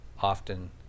often